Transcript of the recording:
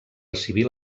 civil